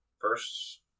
First